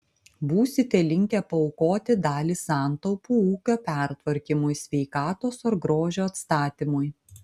būsite linkę paaukoti dalį santaupų ūkio pertvarkymui sveikatos ar grožio atstatymui